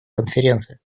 конференции